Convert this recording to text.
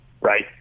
Right